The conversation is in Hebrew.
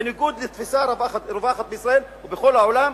בניגוד לתפיסה הרווחת בישראל ובכל העולם,